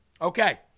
Okay